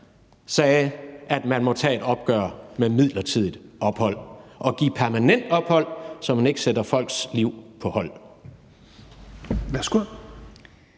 sagde, at man måtte tage et opgør med midlertidigt ophold og give permanent ophold, så man ikke sætter folks liv på hold?